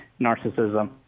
narcissism